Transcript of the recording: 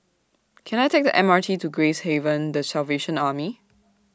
Can I Take The M R T to Gracehaven The Salvation Army